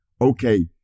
okay